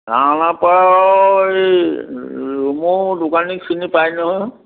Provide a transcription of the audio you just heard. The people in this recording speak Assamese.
ৰাওনা পাৰৰ এই ৰুমও দোকানীক চিনি পাই নহয়